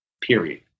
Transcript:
Period